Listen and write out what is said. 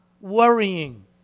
worrying